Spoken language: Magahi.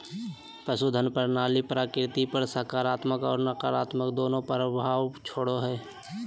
पशुधन प्रणाली प्रकृति पर सकारात्मक और नकारात्मक दोनों प्रभाव छोड़ो हइ